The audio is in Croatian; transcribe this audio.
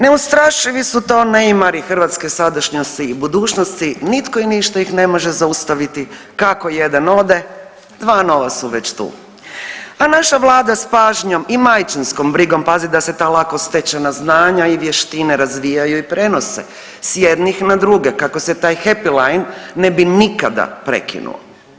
Neustrašivi su to nejmari hrvatske sadašnjosti i budućnosti, nitko i ništa ih ne može zaustaviti, kako jedan ode, dva nova su već tu, a naša vlada s pažnjom i majčinskom brigom pazi da se ta lako stečena znanja i vještine razvijaju i prenose s jednih na druge kako se taj happyline ne bi nikada prekinuo.